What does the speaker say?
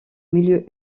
milieux